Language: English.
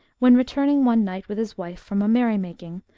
when returning one night with his wife from a merry making,